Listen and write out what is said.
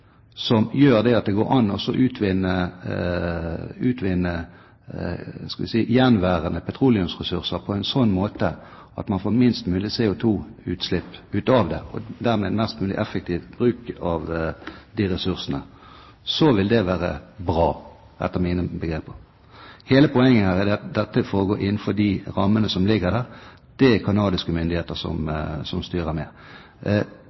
som gjør at det går an å utvinne – skal vi si – gjenværende petroleumsressurser på en slik måte at man får minst mulig CO2-utslipp, og dermed mest mulig effektiv bruk av de ressursene. Det vil være bra etter mine begreper. Hele poenget her er at dette foregår innenfor de rammene som ligger der, og det er det kanadiske myndigheter som styrer med.